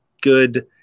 good